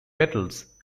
petals